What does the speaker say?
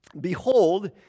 Behold